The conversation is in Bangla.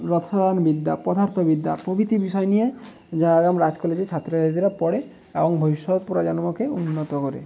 রসায়নবিদ্যা পদার্থবিদ্যা প্রভৃতি বিষয় নিয়ে ঝাড়গ্রাম রাজ কলেজে ছাত্র ছাত্রীরা পড়ে এবং ভবিষ্যৎ প্রজন্মকে উন্নত করে